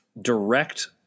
direct